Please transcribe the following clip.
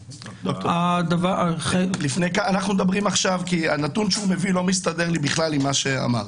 הנתון שהוא מביא לא מסתדר לי בכלל עם מה שאמרת.